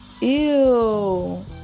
Ew